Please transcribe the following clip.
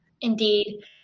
Indeed